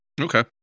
Okay